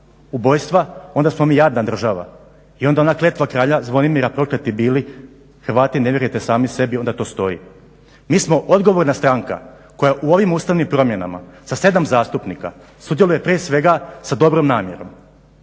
ubojstva onda smo mi jadna država i onda ona kletva kralja Zvonimira "prokleti bili Hrvati, ne vjerujete sami sebi" onda to stoji. Mi smo odgovorna stranka koja u ovim ustavnim promjenama sa 7 zastupnika sudjeluje prije svega sa dobrom namjerom.